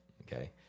Okay